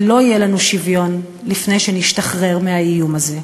ולא יהיה לנו שוויון לפני שנשתחרר מהאיום הזה,